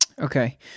Okay